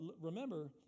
remember